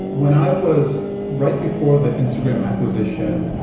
when i was right before the instagram acquisition,